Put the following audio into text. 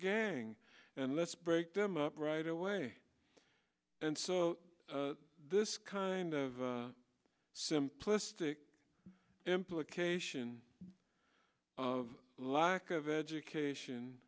gang and let's break them up right away and so this kind of simplistic implication of lack of education